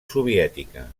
soviètica